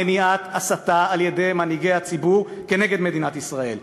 מניעת הסתה על-ידי מנהיגי הציבור כנגד מדינת ישראל.